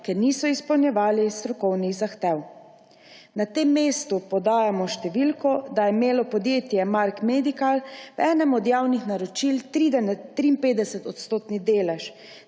ker niso izpolnjevali strokovnih zahtev. Na tem mestu podajamo številko, da je imelo podjetje Mark Medical v enem od javnih naročil 53-odstotni delež.